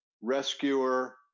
Rescuer